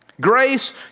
Grace